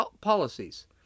policies